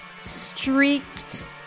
streaked